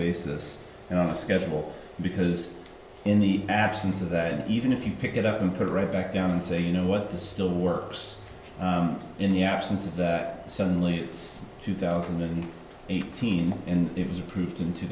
basis and i'm skeptical because in the absence of that even if you pick it up and put it right back down and say you know what the still works in the absence of the suddenly it's two thousand and eighteen and it was approved in two